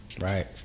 right